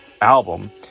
album